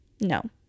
No